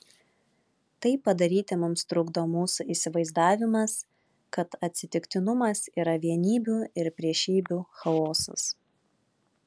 tai padaryti mums trukdo mūsų įsivaizdavimas kad atsitiktinumas yra vienybių ir priešybių chaosas